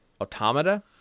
Automata